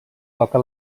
toca